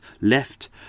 left